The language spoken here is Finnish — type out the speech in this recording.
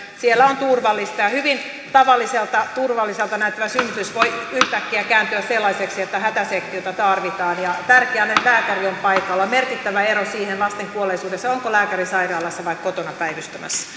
on turvallista hyvin tavalliselta turvalliselta näyttävä synnytys voi yhtäkkiä kääntyä sellaiseksi että hätäsektiota tarvitaan tärkeää on että lääkäri on paikalla on merkittävä ero lasten kuolleisuudessa siinä onko lääkäri sairaalassa vai kotona päivystämässä